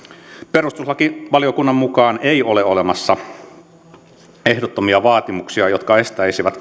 perustuslakivaliokunnan mukaan ei ole olemassa ehdottomia vaatimuksia jotka estäisivät